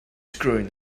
screwing